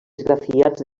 esgrafiats